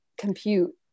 compute